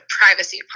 privacy